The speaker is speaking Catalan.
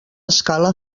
escala